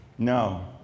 No